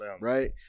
Right